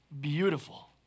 beautiful